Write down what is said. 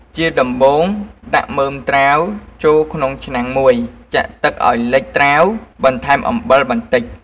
ជាដំបូង ដាក់មើមត្រាវចូលក្នុងឆ្នាំងមួយ ចាក់ទឹកឱ្យលិចត្រាវ បន្ថែមអំបិលបន្តិច។